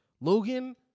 Logan